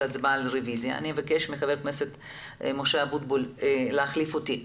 אני אבקש מח"כ משה אבוטבול להחליף אותי,